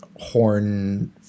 horn